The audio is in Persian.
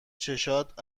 چشات